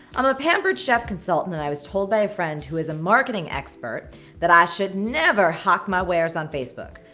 i'm a pampered chef consultant and i was told by a friend who is a marketing expert that i should never hock my wares on facebook.